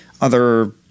other-